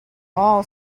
all